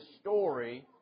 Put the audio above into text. story